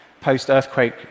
post-earthquake